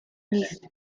list